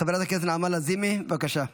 חברת הכנסת נעמה לזימי, בבקשה.